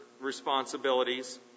responsibilities